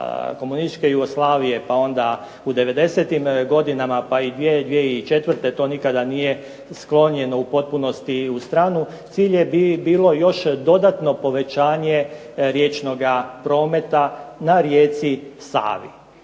komunističke Jugoslavije, pa onda u devedesetim godinama, pa i 2000., 2004. to nikada nije sklonjeno u potpunosti u stranu. Cilj je bilo još dodatno povećanje riječnoga prometa na rijeci Savi.